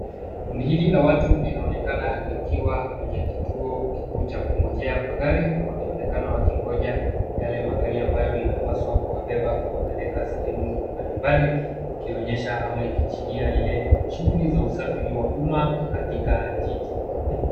Kundi hili la watu linaonekana likiwa kwenye kituo kikuu cha kungojea magari wakionekana wakingoja yale magari ambayo inapaswa kuwabeba kuwapeleka sehemu mbalimbali ikionyesha ama ikiashiria ile shughuli za usafiri wa umma katika jiji.